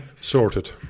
Sorted